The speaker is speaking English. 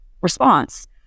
response